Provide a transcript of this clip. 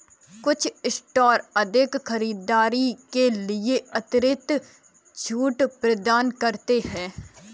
कुछ स्टोर अधिक खरीदारी के लिए अतिरिक्त छूट प्रदान करते हैं